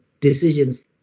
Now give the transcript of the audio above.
decisions